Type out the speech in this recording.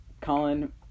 Colin